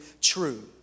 true